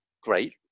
great